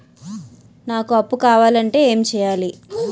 నాకు అప్పు కావాలి అంటే ఎం చేయాలి?